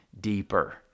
deeper